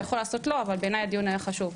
אתה יכול לעשות "לא", אבל בעיניי הדיון היה חשוב.